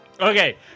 Okay